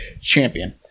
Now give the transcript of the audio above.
Champion